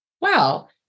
wow